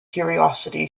curiosity